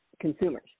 consumers